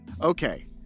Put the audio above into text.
Okay